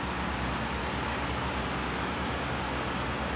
tapi kalau fly macam bo chui gitu you know macam like